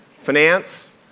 finance